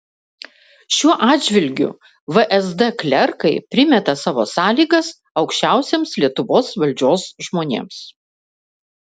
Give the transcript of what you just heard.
šiuo atžvilgiu vsd klerkai primeta savo sąlygas aukščiausiems lietuvos valdžios žmonėms